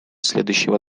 следующего